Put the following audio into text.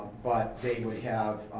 but they would have,